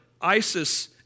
ISIS